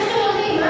ואני חילונים.